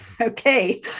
okay